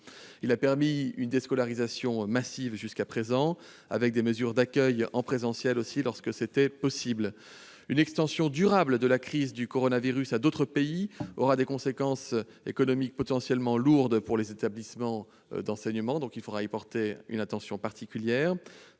jour et une déscolarisation massive a pu se poursuivre jusqu'à présent, avec des mesures d'accueil en présentiel lorsque c'était possible. Une extension durable de la crise du coronavirus à d'autres pays aura des conséquences économiques potentiellement lourdes pour les établissements d'enseignement. Il faudra donc y porter une attention particulière,